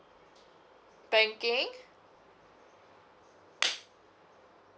banking